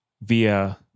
via